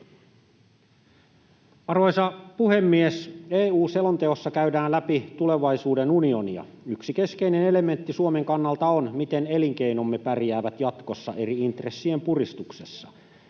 Arvoisa puhemies! EU-selonteossa käydään läpi tulevaisuuden unionia. Yksi keskeinen elementti Suomen kannalta on se, miten elinkeinomme pärjäävät jatkossa eri intressien puristuksessa.